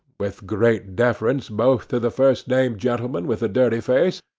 with great deference both to the first-named gentleman with the dirty face,